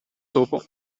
topo